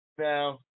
Now